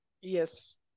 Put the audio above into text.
Yes